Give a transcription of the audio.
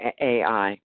AI